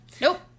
Nope